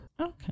okay